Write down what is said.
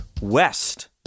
west